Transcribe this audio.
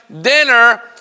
dinner